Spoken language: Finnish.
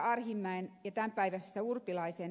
arhinmäen ja tämänpäiväisessä ed